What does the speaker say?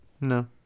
no